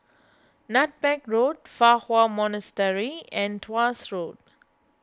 Nutmeg Road Fa Hua Monastery and Tuas Road